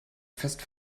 fest